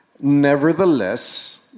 Nevertheless